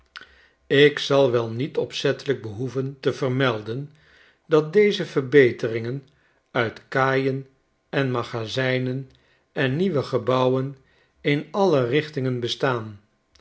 ik zal wel niet opzettelijk behoeven te vermelden dat deze verbeteringen uit kaaien en magazijnen en nieuwe gebouwen in alle rich tingen bestaan